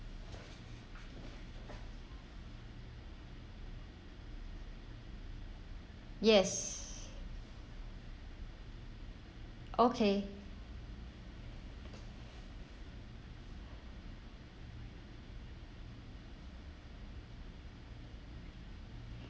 yes okay